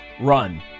run